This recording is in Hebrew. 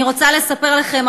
אני רוצה לספר לכם,